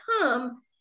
come